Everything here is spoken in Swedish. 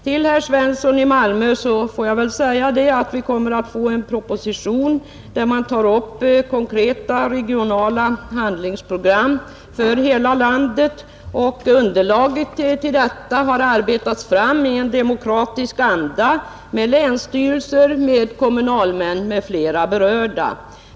Till herr Svensson i Malmö vill jag säga att vi kommer att få en proposition, där konkreta regionala handlingsprogram för hela landet kommer att tas upp. Underlaget till denna har arbetats fram i demokratisk anda med länsstyrelser, kommunalmän och flera andra berörda.